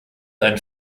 einen